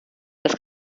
das